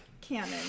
canon